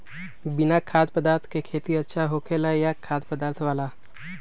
बिना खाद्य पदार्थ के खेती अच्छा होखेला या खाद्य पदार्थ वाला?